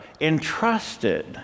entrusted